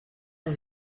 ist